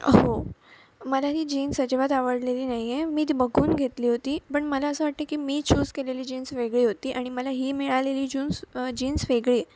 हो मला ही जीन्स अजिबात आवडलेली नाही आहे मी ती बघून घेतली होती पण मला असं वाटतं की मी चूस केलेली जीन्स वेगळी होती आणि मला ही मिळालेली जून्स जीन्स वेगळी आहे